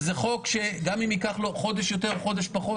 וזה חוק שגם אם ייקח לו חודש יותר, חודש פחות